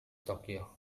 tokyo